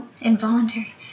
involuntary